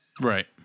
Right